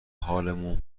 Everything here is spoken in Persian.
حالمو